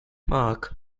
marc